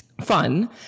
Fun